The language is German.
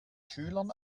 schülern